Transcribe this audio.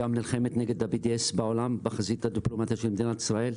גם נלחמת נגד ה-BDS בעולם בחזית הדיפלומטיה של מדינת ישראל,